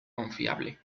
confiable